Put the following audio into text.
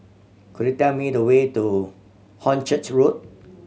could you tell me the way to Hornchurch Road